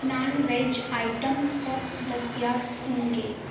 naan veg item کب دستیاب ہوں گے